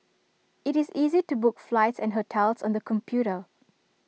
IT is easy to book flights and hotels on the computer